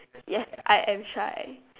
yes I am shy